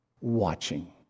watching